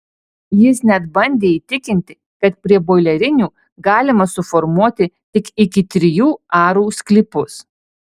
jis net bandė įtikinti kad prie boilerinių galima suformuoti tik iki trijų arų sklypus